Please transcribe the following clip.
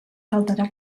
faltarà